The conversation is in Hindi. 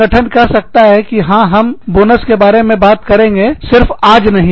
संगठन कह सकता है हां हम बोनस के बारे में बात करेंगे सिर्फ आज नहीं